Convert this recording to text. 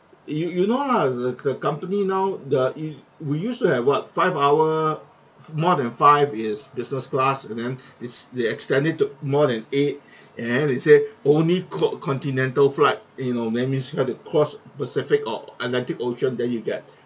you you know lah the the company now the you we used to have what five hour more than five is business class and then is they extend it to more than eight and they said only co~ continental flight you know that means you have to cross pacific or atlantic ocean then you get